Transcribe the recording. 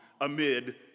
amid